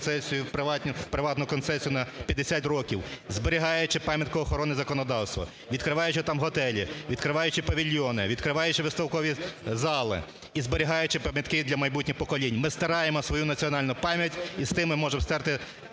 Ми стираємо свою національну пам'ять і з тим ми можемо стерти